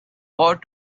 what